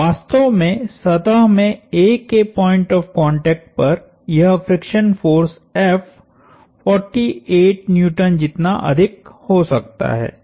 तो वास्तव में सतह में A के पॉइंट ऑफ़ कांटेक्ट पर यह फ्रिक्शन फोर्स F 48N जितना अधिक हो सकता है